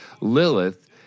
Lilith